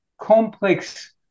complex